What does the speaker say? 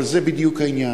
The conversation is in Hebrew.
אבל זה בדיוק העניין.